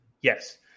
yes